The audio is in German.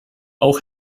auch